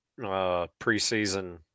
preseason